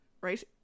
Right